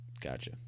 gotcha